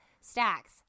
stacks